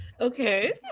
Okay